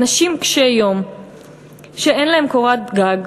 אנשים קשי-יום שאין להם קורת גג,